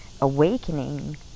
awakening